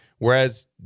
Whereas